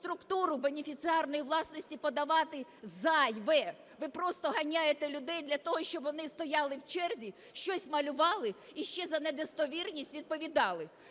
структуру бенефіціарної власності подавати зайве. Ви просто ганяєте людей для того, щоб вони стояли в черзі, щось малювали і ще й за недостовірність відповідали.